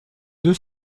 deux